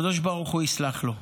הקדוש ברוך הוא יסלח לו.